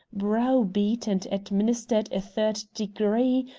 browbeat, and administered a third degree,